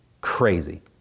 crazy